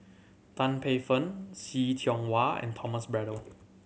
Tan Paey Fern See Tiong Wah and Thomas Braddell